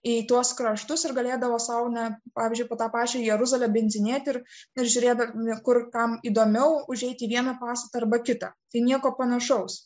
į tuos kraštus ir galėdavo sau na pavyzdžiui po tą pačią jeruzalę bindzinėti ir žiūrėdavo ne kur kam įdomiau užeiti į vieną pastatą arba kitą tai nieko panašaus